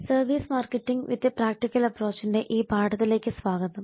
service marketing with a practical അപ്പ്രോച്ചിന്റെ ഈ പാഠത്തിലേക്ക് സ്വാഗതം